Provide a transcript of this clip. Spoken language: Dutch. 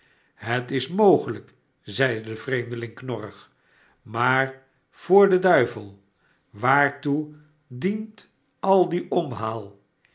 het is mogelijk zeide de vreemdeling knorrig a maar voor den duivel waartoe dient al die omhaal